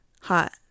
hot